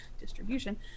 distribution